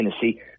Tennessee